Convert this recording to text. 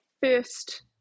first